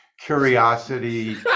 curiosity